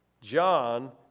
John